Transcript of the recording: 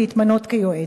שיתמנה ליועץ.